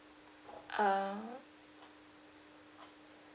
uh